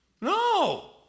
No